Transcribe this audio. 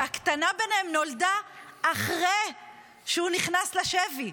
שהקטנה בהן נולדה אחרי שהוא נכנס לשבי.